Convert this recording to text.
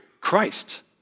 Christ